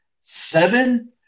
Seven